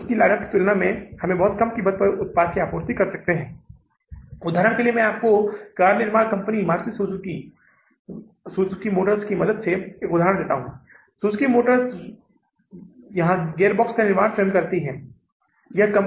तो इसका मतलब यह है कि इस राशि से 216470 रुपये हमारे पास बचे हैं हम इसका उपयोग नहीं कर सकते क्योंकि हमें बैंक को कई हजारों में भुगतान करना होगा इसका मतलब 212000 और उसके ऊपर ब्याज का भुगतान करने के बाद हमारे पास बचे हैं 470 रुपये या 70 डॉलर जो यहां वापस जोड़े जाएंगे